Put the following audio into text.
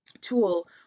tool